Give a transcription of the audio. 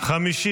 נתקבלה.